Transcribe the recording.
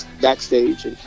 backstage